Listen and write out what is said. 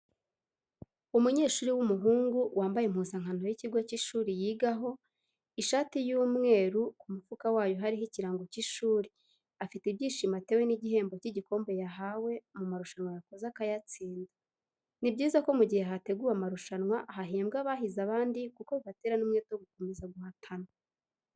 Umunyeshuri w'umuhungu wambaye impuzankano y'ikigo cy'ishuri yigaho ishati y'umweru ku mufuka wayo hariho ikirango cy'ishuri, afite ibyishimo atewe n'igihembo cy'igikombe yahawe mu marushanwa yakoze akayatsinda. Ni byiza ko mu gihe hateguwe amarusanwa hahembwa abahize abandi kuko bibatera n'umwete wo gukomeza guhatana.